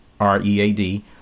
READ